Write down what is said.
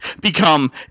become